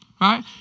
right